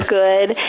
good